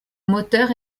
moteur